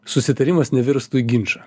susitarimas nevirstų į ginčą